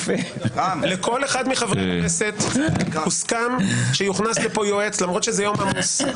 לכל אחד מחברי הכנסת הוסכם שיוכנס לפה יועץ למרות שזה יום עמוס.